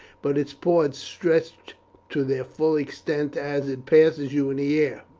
but its paws stretched to their full extent as it passes you in the air.